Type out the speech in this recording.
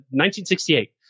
1968